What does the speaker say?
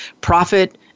profit